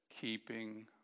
keeping